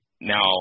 now